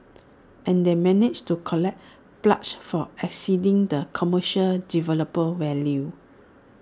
and they managed to collect pledges far exceeding the commercial developer's value